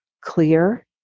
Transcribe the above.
clear